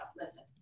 listen